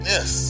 Yes